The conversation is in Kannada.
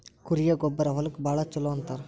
ಕುರಿಯ ಗೊಬ್ಬರಾ ಹೊಲಕ್ಕ ಭಾಳ ಚುಲೊ ಅಂತಾರ